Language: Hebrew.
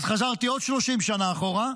אז חזרתי עוד 30 שנה אחורה,